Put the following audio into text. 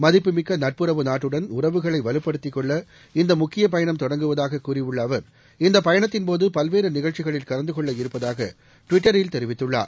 மதிப்புமிக்க நட்புறவு நாட்டுடன் உறவுகளை வலுப்படுத்திக் கொள்ள இந்த முக்கிய பயணம் தொடங்குவதாக கூறியுள்ள அவர் இந்தப் பயணத்தின் போது பல்வேறு நிகழ்ச்சிகளில் கலந்து கொள்ள இருப்பதாக டுவிட்டரில் தெரிவித்துள்ளார்